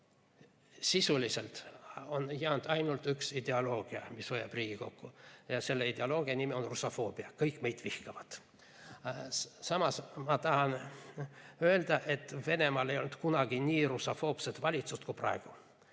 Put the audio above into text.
sisuliselt jäänud ainult üks ideoloogia, mis hoiab riiki koos, ja selle ideoloogia nimi on russofoobia – "kõik meid vihkavad". Samas, ma tahan öelda, et Venemaal ei ole kunagi olnud nii russofoobset valitsust kui praegu.